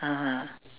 (uh huh)